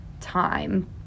time